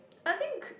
I think